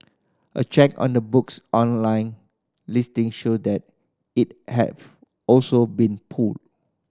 a check on the book's online listing showed that it has also been pulled